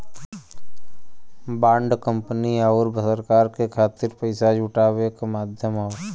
bond company आउर सरकार के खातिर पइसा जुटावे क माध्यम हौ